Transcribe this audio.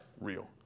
real